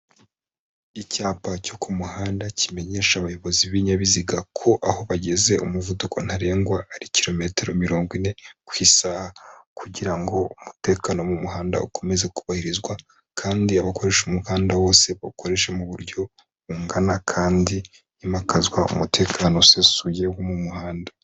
Icyapa cyo ku muhanda kimenyesha abayobozi b'ibinyabiziga ko aho bageze umuvuduko ntarengwa ari kilometero mirongo ine ku isaha kugira ngo umutekano wo mu muhanda ukomeze kubahirizwa kandi abakoresha umuhanda bose bawukoreshe mu buryo bungana kandi himakazwa umutekano usesuye wo mu muhanda.